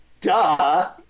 duh